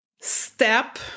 step